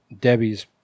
Debbie's